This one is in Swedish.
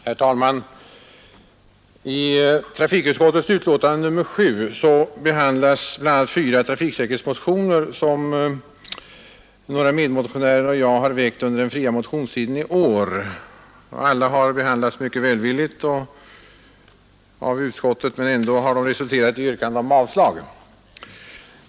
Herr talman! I trafikutskottets betänkande nr 7 behandlas bl.a. fyra trafiksäkerhetsmotioner, som jag och några medmotionärer har väckt under den fria motionstiden i år. Alla har behandlats mycket välvilligt av utskottet, men det har ändå resulterat i yrkande om avslag.